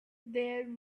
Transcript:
there